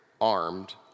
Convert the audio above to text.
armed